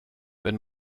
wenn